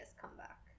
comeback